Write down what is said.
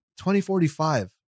2045